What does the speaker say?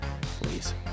please